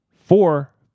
four